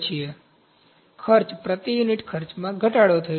તેથી ખર્ચ પ્રતિ યુનિટ ખર્ચમાં ઘટાડો થયો છે